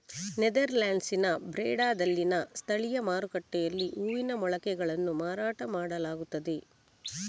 ನೆದರ್ಲ್ಯಾಂಡ್ಸಿನ ಬ್ರೆಡಾದಲ್ಲಿನ ಸ್ಥಳೀಯ ಮಾರುಕಟ್ಟೆಯಲ್ಲಿ ಹೂವಿನ ಮೊಳಕೆಗಳನ್ನು ಮಾರಾಟ ಮಾಡಲಾಗುತ್ತದೆ